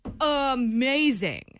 amazing